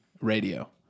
radio